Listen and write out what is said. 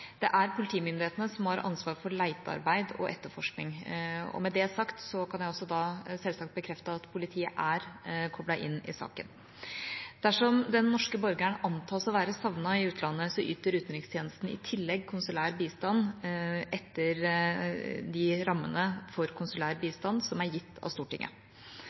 Det er politimyndighetene som har ansvar for letearbeid og etterforskning. Med det sagt kan jeg også selvsagt bekrefte at politiet er koblet inn i saken. Dersom den norske borgeren antas å være savnet i utlandet, yter utenrikstjenesten i tillegg konsulær bistand etter de rammene for konsulær bistand som er gitt av Stortinget.